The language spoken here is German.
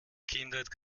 kindheit